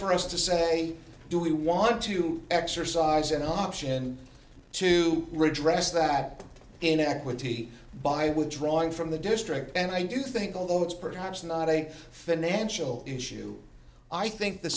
for us to say do we want to exercise an option to redress that inequity by withdrawing from the district and i do think although it's perhaps not a financial issue i think the